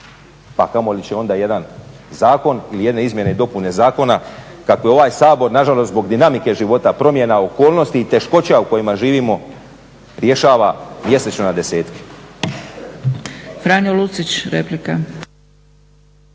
Pa kamoli će onda jedan zakon ili jedne izmjene i dopune zakona kakve je ovaj Sabor nažalost zbog dinamike života, promjene, okolnosti i teškoća u kojima živimo rješava mjesečno na desetke.